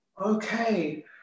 Okay